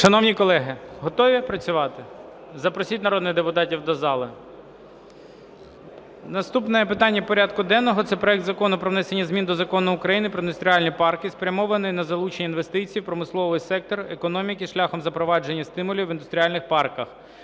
Шановні колеги, готові працювати? Запросіть народних депутатів до зали. Наступне питання порядку денного – це проект Закону про внесення змін до Закону України "Про індустріальні парки", спрямованих на залучення інвестицій в промисловий сектор економіки шляхом запровадження стимулів в індустріальних парках